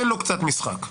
תן לו קצת משחק.